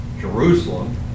Jerusalem